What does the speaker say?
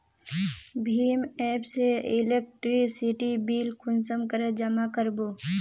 भीम app से electricity bill कुंसम करे जमा कर बो?